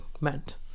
meant